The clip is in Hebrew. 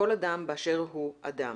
כל אדם באשר הוא אדם'.